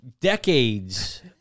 decades